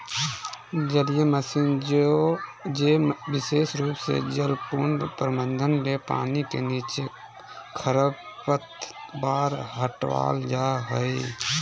जलीय मशीन जे विशेष रूप से जलकुंड प्रबंधन ले पानी के नीचे खरपतवार हटावल जा हई